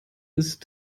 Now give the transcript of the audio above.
ist